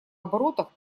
оборотах